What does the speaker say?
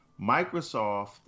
Microsoft